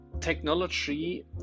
technology